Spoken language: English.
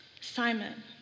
Simon